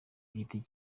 giti